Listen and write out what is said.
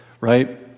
right